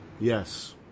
Yes